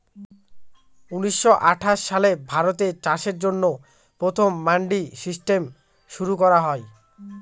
উনিশশো আঠাশ সালে ভারতে চাষের জন্য প্রথম মান্ডি সিস্টেম শুরু করা হয়